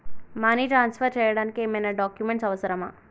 Money transfer చేయడానికి ఏమైనా documents అవసరమా?